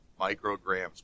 micrograms